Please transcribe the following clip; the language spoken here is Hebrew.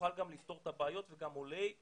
נוכל גם לפתור את הבעיות וגם עולי העולם,